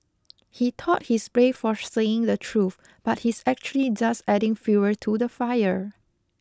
he thought he's brave for saying the truth but he's actually just adding fuel to the fire